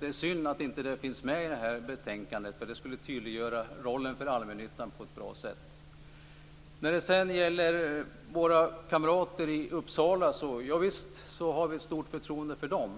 Det är synd att det inte finns med i det här betänkandet. Det skulle tydliggöra rollen för allmännyttan på ett bra sätt. När det sedan gäller våra kamrater i Uppsala har vi visst stort förtroende för dem.